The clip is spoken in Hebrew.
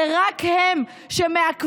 זה רק הם שמעכבים,